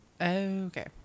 Okay